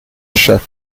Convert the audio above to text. chef